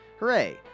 hooray